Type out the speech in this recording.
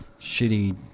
shitty